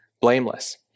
blameless